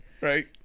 right